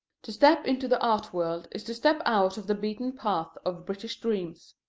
to step into the art world is to step out of the beaten path of british dreams.